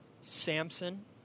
Samson